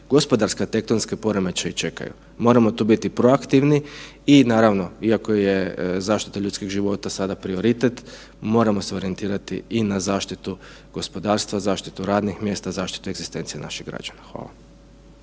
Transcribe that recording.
gospodarski tektonski poremećaji čekaju. Moramo tu biti proaktivni i naravno iako je zaštita ljudskih života sada prioritet moramo se orijentirati i na zaštitu gospodarstva, zaštitu radnih mjesta, zaštitu egzistencije naših građana.